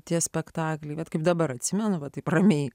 tie spektakliai bet kaip dabar atsimenu va taip ramiai